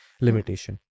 limitation